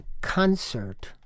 concert